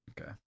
Okay